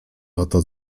oto